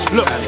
Look